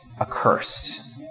accursed